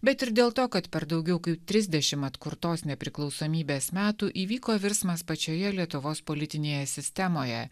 bet ir dėl to kad per daugiau kaip trisdešimt atkurtos nepriklausomybės metų įvyko virsmas pačioje lietuvos politinėje sistemoje